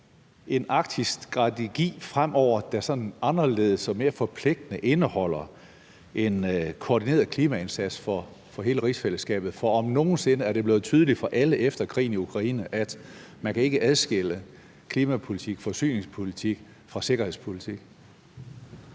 en arktisk strategi fremover, der sådan anderledes og mere forpligtende indeholder en koordineret klimaindsats for hele rigsfællesskabet, for om nogen sinde er det blevet tydeligt for alle efter krigen i Ukraine, at man ikke kan adskille klimapolitik, forsyningspolitik fra sikkerhedspolitik.